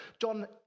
John